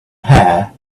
hair